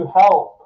help